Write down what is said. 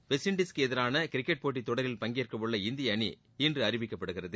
west இண்டிஸுக்கு எதிரான cricket போட்டி தொடரில் பங்கேற்க உள்ள இந்திய அணி இன்று அறிவிக்கப்படுகிறது